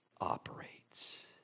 operates